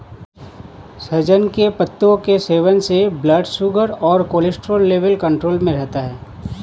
सहजन के पत्तों के सेवन से ब्लड शुगर और कोलेस्ट्रॉल लेवल कंट्रोल में रहता है